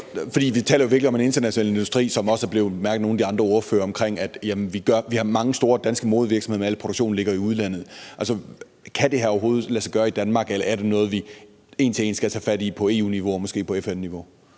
vi taler jo virkelig om en international industri, hvilket også er blevet bemærket af nogle af de andre ordførere, og vi har mange store danske modevirksomheder, men al produktion ligger i udlandet: Kan det her overhovedet lade sig gøre i Danmark, eller er det noget, vi kun en til en skal tage fat i på EU-niveau og måske på FN-niveau?